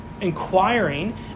inquiring